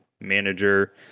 manager